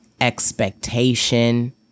expectation